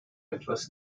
etwas